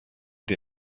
die